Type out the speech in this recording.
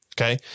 Okay